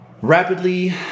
rapidly